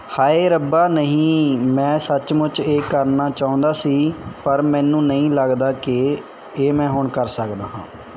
ਹਾਏ ਰੱਬਾ ਨਹੀਂ ਮੈਂ ਸੱਚਮੁੱਚ ਇਹ ਕਰਨਾ ਚਾਹੁੰਦਾ ਸੀ ਪਰ ਮੈਨੂੰ ਨਹੀਂ ਲੱਗਦਾ ਕਿ ਹੁਣ ਮੈਂ ਕਰ ਸਕਦਾ ਹਾਂ